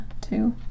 two